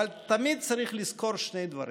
אבל תמיד צריך לזכור שני דברים,